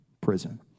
Prison